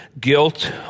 guilt